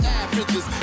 averages